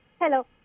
Hello